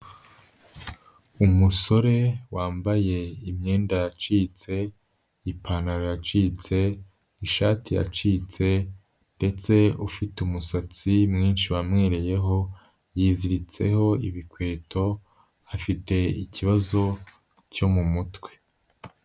Umusore wambaye imyenda yacitse, ipantaro yacitse, ishati yacitse, ndetse ufite umusatsi mwinshi wamwereyeho, yiziritseho ibikweto, afite ikibazo cyo mu mutwe.